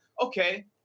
okay